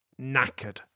knackered